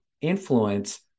influence